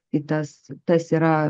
į tas tas yra